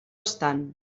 estan